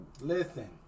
Listen